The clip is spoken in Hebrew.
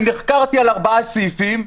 אני נחקרתי על ארבעה סעיפים.